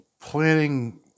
planning